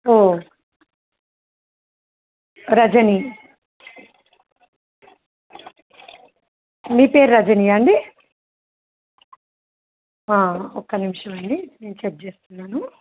ఓహ్ రజని మీ పేరు రజనీయా అండి ఒక్క నిమిషం అండి నేను చెక్ చేస్తున్నాను